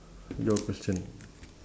your question